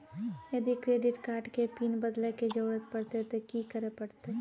यदि credit card के PIN बदले के जरूरी परतै ते की करे परतै?